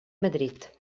madrid